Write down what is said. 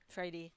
Friday